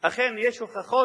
אכן, יש הוכחות